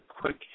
quick